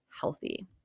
healthy